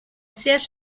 siège